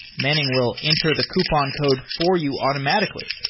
manning will enter the coupon code for you automatically.